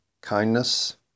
kindness